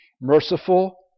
Merciful